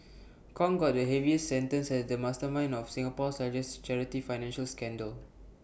Kong got the heaviest sentence as the mastermind of Singapore's A rest charity financial scandal